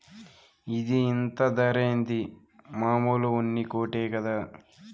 ఇది ఇంత ధరేంది, మామూలు ఉన్ని కోటే కదా